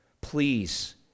Please